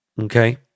okay